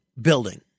building